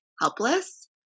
helpless